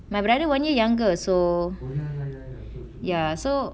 my brother one year younger so ya so